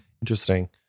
Interesting